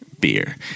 beer